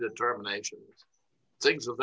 determinations things